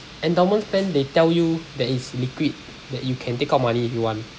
endowments plan they tell you that it's liquid that you can take out money if you want